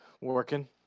Working